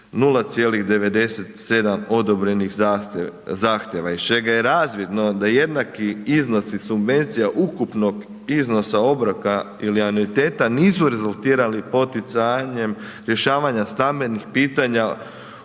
0,97 odobrenih zahtjeva, iz čega je razvidno da jednaki iznosi subvencija ukupnog iznosa obroka ili anuiteta nisu rezultirali poticanjem rješavanja stambenih pitanja